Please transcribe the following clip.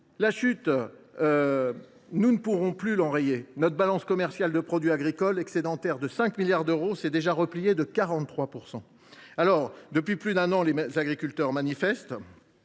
stagner et nous ne pourrons plus enrayer la chute. Notre balance commerciale de produits agricoles, excédentaire de 5 milliards d’euros, s’est déjà repliée de 43 %. Depuis plus d’un an, les agriculteurs manifestent,